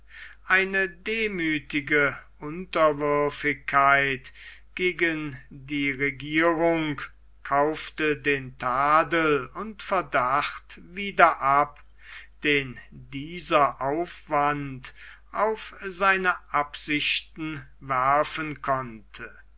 eine demüthige unterwürfigkeit gegen die regierung kaufte den tadel und verdacht wieder ab den dieser aufwand auf seine absichten werfen konnte